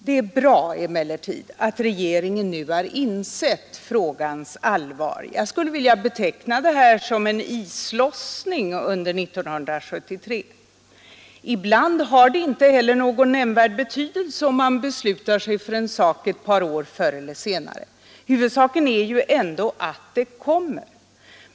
Det är emellertid bra att regeringen nu har insett frågans allvar. Jag skulle vilja beteckna det här som en islossning under 1973. Ibland har det inte heller någon nämnvärd betydelse om man beslutar sig för en sak några år förr eller senare. Huvudsaken är ju ändå att beslutet kommer.